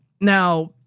Now